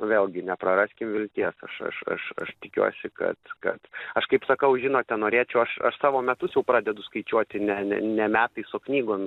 vėlgi nepraraskim vilties aš aš aš aš tikiuosi kad kad aš kaip sakau žinote norėčiau aš aš savo metus jau pradedu skaičiuoti ne ne metais o knygom